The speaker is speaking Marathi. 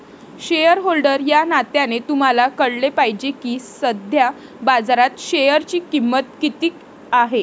शेअरहोल्डर या नात्याने तुम्हाला कळले पाहिजे की सध्या बाजारात शेअरची किंमत किती आहे